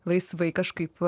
laisvai kažkaip